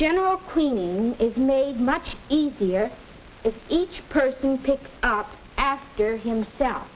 general clean is made much easier if each person picks up after himself